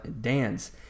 dance